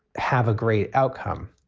have a great outcome.